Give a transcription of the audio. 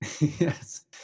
Yes